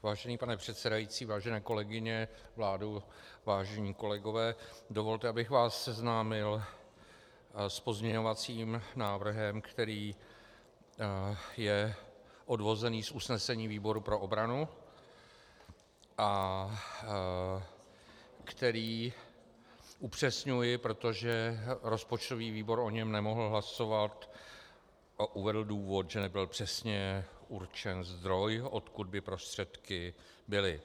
Vážený pane předsedající, vážené kolegyně, vládo, vážení kolegové, dovolte, abych vás seznámil s pozměňovacím návrhem, který je odvozen z usnesení výboru pro obranu a který upřesňuji, protože rozpočtový výbor o něm nemohl hlasovat a uvedl důvod, že nebyl přesně určen zdroj, odkud by prostředky byly.